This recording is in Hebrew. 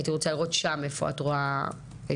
הייתי רוצה לראות שם איפה את רואה את